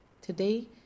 Today